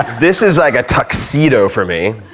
this is like a tuxedo for me.